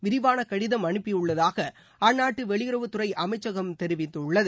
விரிவாள கடிதம் அனுப்பியுள்ளதாக அந்நாட்டு வெளியுறவுத்துறை அமைச்சகம் தெரிவித்துள்ளது